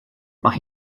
mae